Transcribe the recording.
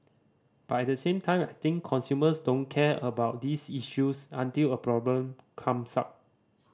but at the same time I think consumers don't care about these issues until a problem comes up